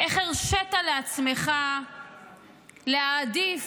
איך הרשית לעצמך להעדיף